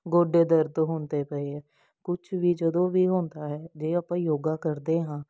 ਗੋਡੇ ਦਰਦ ਹੁੰਦੇ ਪਏ ਆ ਕੁਛ ਵੀ ਜਦੋਂ ਵੀ ਹੁੰਦਾ ਹੈ ਜੇ ਆਪਾਂ ਯੋਗਾ ਕਰਦੇ ਹਾਂ